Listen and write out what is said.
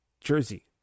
jersey